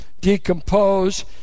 decompose